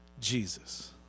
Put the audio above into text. Jesus